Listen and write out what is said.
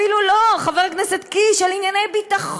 אפילו לא, חבר הכנסת קיש, על ענייני ביטחון.